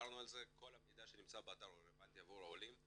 כל המידע שנמצא באתר רלבנטי עבור העולים.